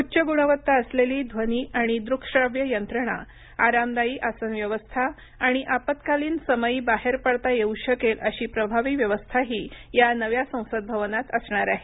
उच्च गुणवत्ता असलेली ध्वनी आणि दृकश्राव्य यंत्रणा आरामदायी आसन व्यवस्था आणि आपत्कालीन समयी बाहेर पडता येऊ शकेल अशी प्रभावी व्यवस्थाही या नव्य संसद भवनात असणार आहे